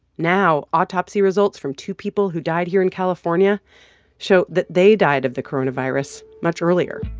now autopsy results from two people who died here in california show that they died of the coronavirus much earlier